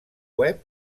web